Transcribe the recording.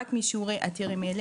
אלא רק משיעורים עתירי מלל